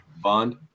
Bond